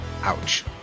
Ouch